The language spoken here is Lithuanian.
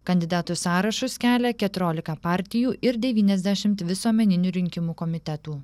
kandidatų sąrašus kelia keturiolika partijų ir devyniasdešimt visuomeninių rinkimų komitetų